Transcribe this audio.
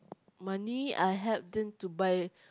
money I help them to buy